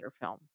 film